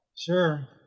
Sure